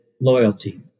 loyalty